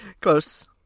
Close